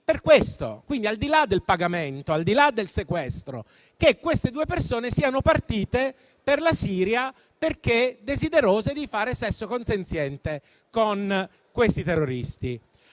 per questo (al di là del pagamento, al di là del sequestro), che le due persone siano partite per la Siria perché desiderose di fare sesso consenziente con i terroristi.